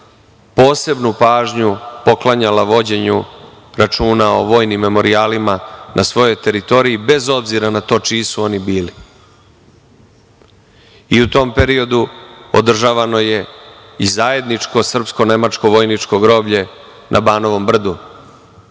posebnu pažnju poklanjala vođenju računa o vojnim memorijalima na svojoj teritoriji bez obzira na to čiji su oni bili. I u tom periodu održavano je i zajedničko srpsko-nemačko vojničko groblje na Banovom brdu,